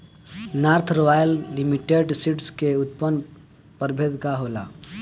North royal limited seeds के उन्नत प्रभेद का होला?